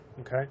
okay